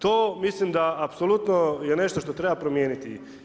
To mislim da apsolutno je nešto što treba promijeniti.